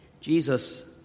Jesus